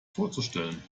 vorzustellen